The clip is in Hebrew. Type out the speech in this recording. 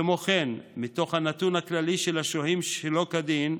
כמו כן, מתוך הנתון הכללי של השוהים שלא כדין,